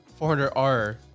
400R